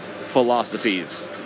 philosophies